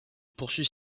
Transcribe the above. poursuit